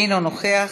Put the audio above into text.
אינו נוכח.